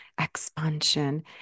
expansion